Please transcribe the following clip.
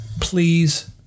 Please